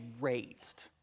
raised